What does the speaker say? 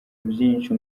byinshi